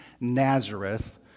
Nazareth